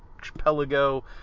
Archipelago